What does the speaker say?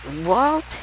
Walt